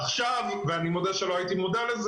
עכשיו ואני מודה שלא הייתי מודע לזה